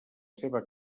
seva